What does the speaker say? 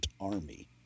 army